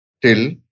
till